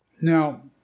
Now